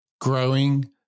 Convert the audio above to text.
Growing